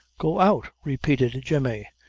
go out, repeated jemmy,